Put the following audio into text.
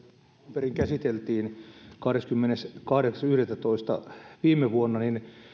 perin käsiteltiin kahdeskymmeneskahdeksas yhdettätoista viime vuonna niin